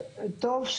לא,